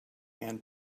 and